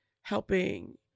helping